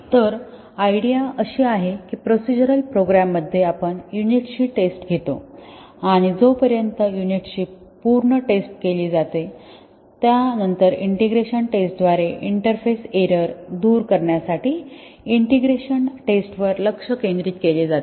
तर आयडिया अशी आहे की प्रोसिजरल प्रोग्राम मध्ये आपण युनिट्सची टेस्ट घेतो आणि जोपर्यंत युनिट्सची पूर्ण टेस्ट केली जाते त्या नंतर इंटिग्रेशन टेस्ट द्वारे इंटरफेस एरर दूर करण्यासाठी इंटिग्रेशन टेस्ट वर लक्ष केंद्रित केले जाते